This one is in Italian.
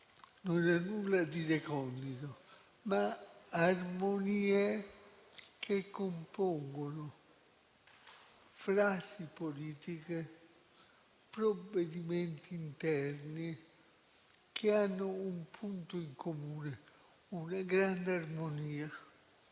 non ha nulla di recondito, ma armonie che compongono frasi politiche, provvedimenti interni che hanno un punto in comune, una grande armonia